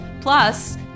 plus